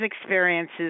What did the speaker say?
experiences